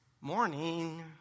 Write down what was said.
morning